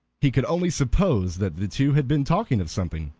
he could only suppose that the two had been talking of something,